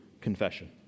confession